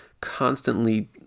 constantly